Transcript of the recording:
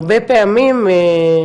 הרבה פעמים,